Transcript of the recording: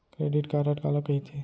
Credit card काला कहिथे?